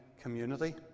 community